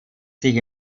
sich